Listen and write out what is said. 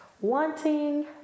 wanting